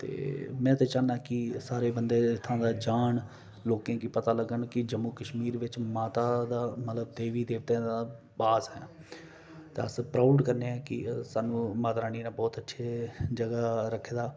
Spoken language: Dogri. ते में ते चाह्न्नां कि सारे बंदे इत्थूं दा जान लोकें गी पता लग्गै कि जम्मू कशमीर बिच माता दा मतलब देबी देबतें दा बास ऐ ते अस प्राउड करने आं कि स्हानू माता रानी ने बहुत अच्छे जगह रक्खे दा